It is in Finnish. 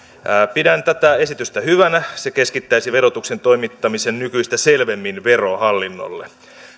pidän tätä esitystä hyvänä se keskittäisi verotuksen toimittamisen nykyistä selvemmin verohallinnolle